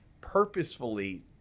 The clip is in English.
purposefully